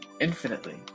infinitely